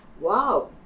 wow